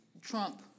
Trump